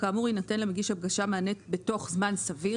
כאמור יינתן למגיש הגשה מענה בתוך זמן סביר